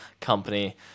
company